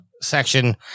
section